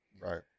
Right